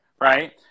right